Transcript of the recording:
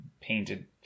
painted